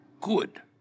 good